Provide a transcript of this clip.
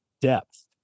depth